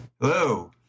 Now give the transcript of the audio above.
Hello